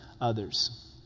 others